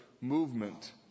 movement